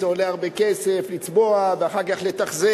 זה עולה הרבה כסף לצבוע, ואחר כך לתחזק,